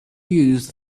use